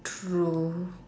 true